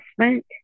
investment